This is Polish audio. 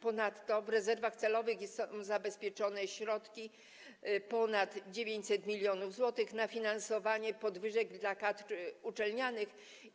Ponadto w rezerwach celowych są zabezpieczone środki, ponad 900 mln zł, na finansowanie podwyżek dla kadr uczelnianych.